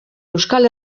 euskal